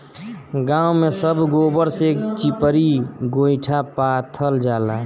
गांव में सब गोबर से चिपरी गोइठा पाथल जाला